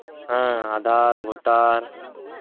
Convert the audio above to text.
Aadhaar voter